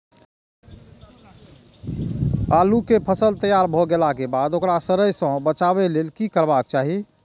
आलू केय फसल तैयार भ गेला के बाद ओकरा सड़य सं बचावय लेल की करबाक चाहि?